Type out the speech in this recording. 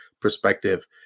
perspective